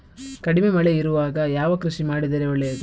ಕಡಿಮೆ ಮಳೆ ಇರುವಾಗ ಯಾವ ಕೃಷಿ ಮಾಡಿದರೆ ಒಳ್ಳೆಯದು?